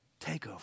Takeover